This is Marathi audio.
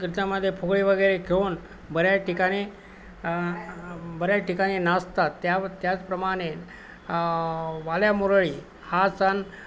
कीर्तमध्ये फुगडी वगैरे खेळून बऱ्याच ठिकाणी बऱ्याच ठिकाणी नाचतात त्या त्याचप्रमाणे वाल्यामुरळी हा सण